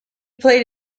played